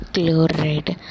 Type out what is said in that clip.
Chloride